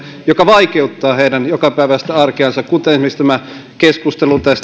joka vaikeuttaa heidän jokapäiväistä arkeansa kuten esimerkiksi keskustelu